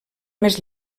més